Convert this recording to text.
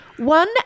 One